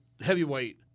heavyweight